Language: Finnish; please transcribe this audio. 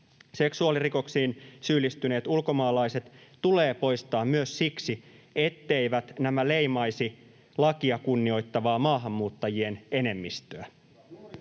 Seksuaalirikoksiin syyllistyneet ulkomaalaiset tulee poistaa myös siksi, etteivät nämä leimaisi lakia kunnioittavaa maahanmuuttajien enemmistöä.